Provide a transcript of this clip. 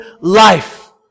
life